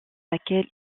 laquelle